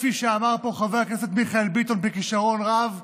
כפי שאמר פה חבר הכנסת מיכאל ביטון בכישרון רב,